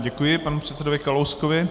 Děkuji panu předsedovi Kalouskovi.